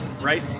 right